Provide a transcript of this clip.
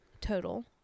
total